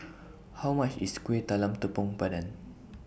How much IS Kuih Talam Tepong Pandan